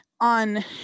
on